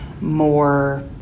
more